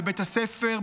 בבית הספר,